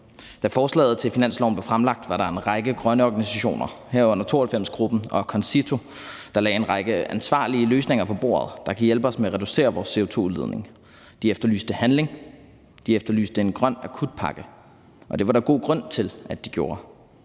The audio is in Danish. Da forslaget til finanslov blev fremsat, var der en række grønne organisationer, herunder 92-gruppen og CONCITO, der lagde en række ansvarlige løsninger på bordet, der kan hjælpe os med at reducere vores CO2-udledning. De efterlyste handling, de efterlyste en grøn akutpakke, og det var der god grund til at de gjorde.